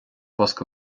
bosca